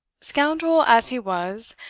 scoundrel as he was,